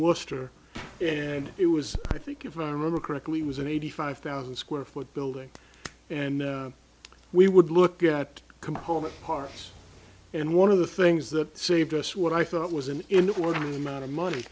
worcester and it was i think if i remember correctly was an eighty five thousand square foot building and we would look at component parts and one of the things that saved us what i thought was an enormous amount of money